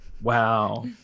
Wow